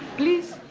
please.